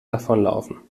davonlaufen